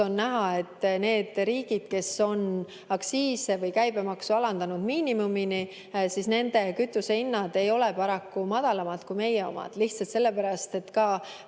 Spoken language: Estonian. on näha, et neis riikides, kes on aktsiise või käibemaksu alandanud miinimumini, kütusehinnad ei ole paraku madalamad kui meie omad – lihtsalt sellepärast, et ka